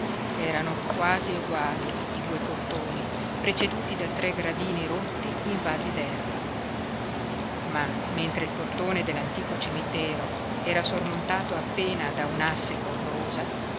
erano quasi eguali i due portoni preceduti da tre gradini rotti invasi d'erba ma mentre il portone dell'antico cimitero era sormontato appena da un'asse corrosa